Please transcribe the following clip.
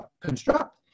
construct